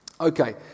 Okay